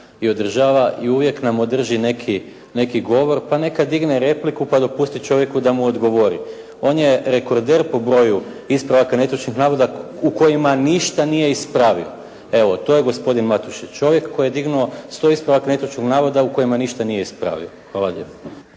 i održava i uvijek nam održi neki govor, pa neka digne repliku pa dopusti čovjeku da mu odgovori. On je rekorder po broju ispravaka netočnih navoda u kojima ništa nije ispravio. Evo to je gospodin Matušić. Čovjek koji je dignuo sto ispravaka netočnih navoda u kojima ništa nije ispravio. Hvala lijepo.